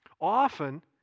Often